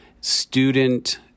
student